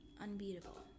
unbeatable